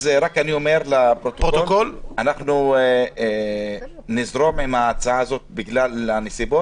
אז רק אני אומר לפרוטוקול: אנחנו נזרום עם ההצעה הזאת בגלל הנסיבות,